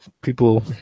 people